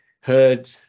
heard